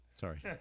sorry